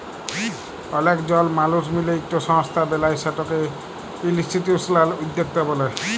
অলেক জল মালুস মিলে ইকট সংস্থা বেলায় সেটকে ইনিসটিটিউসলাল উদ্যকতা ব্যলে